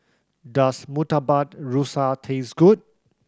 does Murtabak Rusa taste good